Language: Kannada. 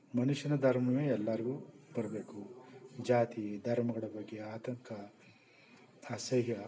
ಮನುಷ್ಯನ ಧರ್ಮವೇ ಎಲ್ಲಾರಿಗು ಬರಬೇಕು ಜಾತಿ ಧರ್ಮಗಳ ಬಗ್ಗೆ ಆತಂಕ ಅಸಹ್ಯ